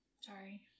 Sorry